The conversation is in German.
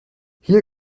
hier